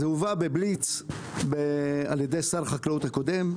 זה הובא בבליץ על ידי שר החקלאות הקודם,